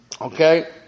Okay